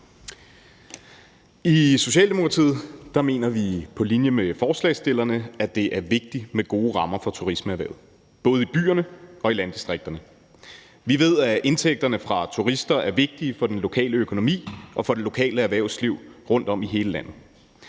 I Socialdemokratiet mener vi på linje med forslagsstillerne, at det er vigtigt med gode rammer for turismeerhvervet – både i byerne og i landdistrikterne. Vi ved, at indtægterne fra turister er vigtige for den lokale økonomi og for det lokale erhvervsliv rundtom i hele landet.